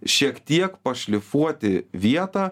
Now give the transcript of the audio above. šiek tiek pašlifuoti vietą